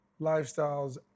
lifestyles